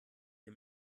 dem